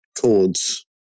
chords